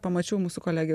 pamačiau mūsų kolegė